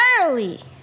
early